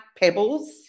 pebbles